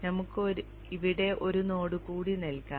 നമുക്ക് ഇവിടെ ഒരു നോഡ് കൂടി നൽകാം